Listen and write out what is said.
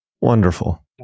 Wonderful